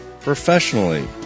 professionally